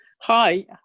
hi